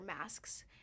masks